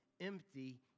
empty